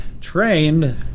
trained